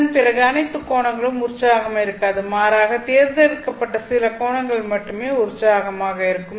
அதன்பிறகு அனைத்து கோணங்களும் உற்சாகமாக இருக்காது மாறாக தேர்ந்தெடுக்கப்பட்ட சில கோணங்கள் மட்டுமே உற்சாகமாக இருக்கும்